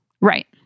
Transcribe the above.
Right